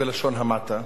בלשון המעטה,